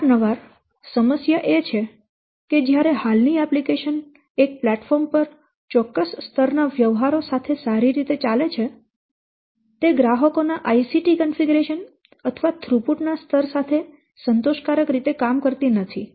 અવારનવાર સમસ્યા એ છે કે જ્યારે હાલની એપ્લિકેશન એક પ્લેટફોર્મ પર ચોક્કસ સ્તર ના વ્યવહારો સાથે સારી રીતે ચાલે છે તે ગ્રાહકો ના ICT કોન્ફીગ્રેશન અથવા થ્રુપુટ ના સ્તર સાથે સંતોષકારક રીતે કામ કરતી નથી